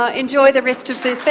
ah enjoy the rest of the